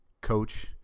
coach